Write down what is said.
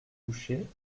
couchée